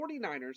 49ers